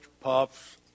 puffs